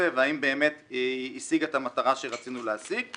והאם באמת השיג את המטרה שרצינו להשיג.